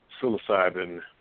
psilocybin